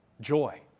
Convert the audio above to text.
Joy